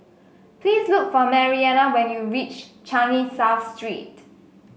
please look for Marianna when you reach Changi South Street